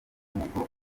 nubwo